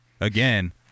again